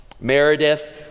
Meredith